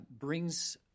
brings